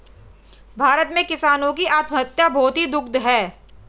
भारत में किसानों की आत्महत्या बहुत ही दुखद है